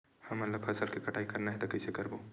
हमन ला फसल के कटाई करना हे त कइसे करबो?